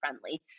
friendly